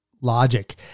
logic